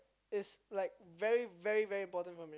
is like very very very important for me